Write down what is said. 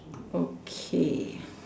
okay